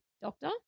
doctor